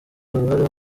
uruhare